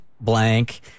blank